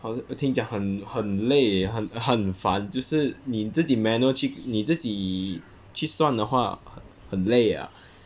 好听讲很很累很很烦就是你自己 manual 去你自己去算的话很累 ah